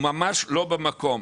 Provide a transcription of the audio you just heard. ממש לא במקום.